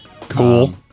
Cool